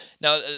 Now